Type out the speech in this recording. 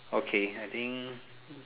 okay I think